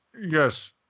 Yes